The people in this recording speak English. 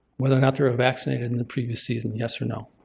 whether or not they were vaccinated in the previous season, yes or no.